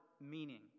meaning